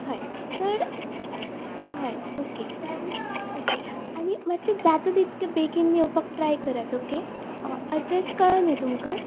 हय चड हय ओके ओके आनी मात्शे जाता तितके बेगीन येवपाक ट्राय करात ओके अड्रेस कळो न्ही तुमकां